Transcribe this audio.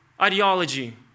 ideology